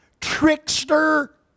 trickster